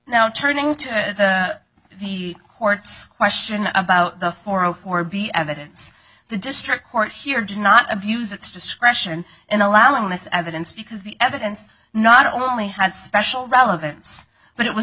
now turning to the court's question about the four o four b evidence the district court here did not abuse its discretion in allowing this evidence because the evidence not only had special relevance but it was